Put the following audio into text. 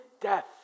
death